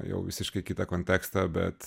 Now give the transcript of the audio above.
jau visiškai kitą kontekstą bet